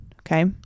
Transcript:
Okay